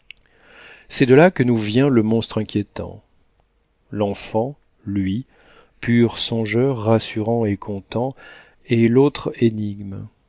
c'est de là que nous vient le monstre inquiétant l'enfant lui pur songeur rassurant et content est l'autre énigme